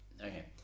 okay